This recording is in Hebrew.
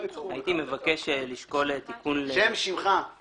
מי שבעל